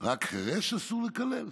רק חירש אסור לקלל?